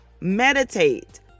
Meditate